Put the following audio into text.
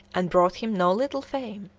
and brought him no little fame.